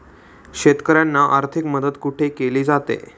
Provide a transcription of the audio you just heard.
शेतकऱ्यांना आर्थिक मदत कुठे केली जाते?